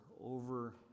over